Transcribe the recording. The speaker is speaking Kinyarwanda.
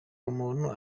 umuntu